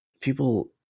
people